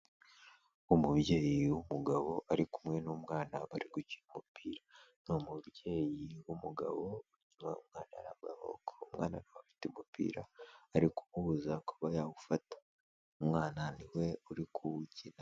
Umubyeyi w'umugabo ari kumwe n'umwana bari gukina umupira, ni umubyeyi w'umugabo ugira umwana ara amaboko, umwana na we afite umupira ari kumubuza kuba yawufata, umwana ni we uri kuwukina.